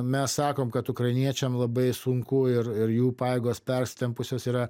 mes sakom kad ukrainiečiam labai sunku ir ir jų pajėgos persitempus jos yra